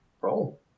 Roll